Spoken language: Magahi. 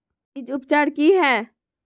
बीज उपचार कि हैय?